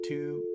two